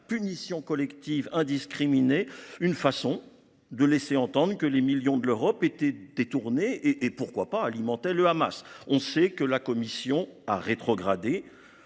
punition collective et indiscriminée, il laissait entendre que les millions de l’Europe étaient détournés, voire alimentaient le Hamas. On sait que la Commission a rétrogradé.